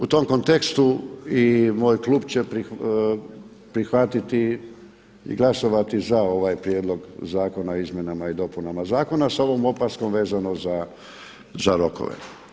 U tom kontekstu i moj klub će prihvatiti i glasovati za ovaj prijedlog Zakona o izmjenama i dopunama zakona sa ovom opaskom vezano za rokove.